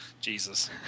Jesus